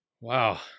Wow